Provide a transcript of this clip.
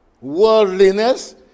Worldliness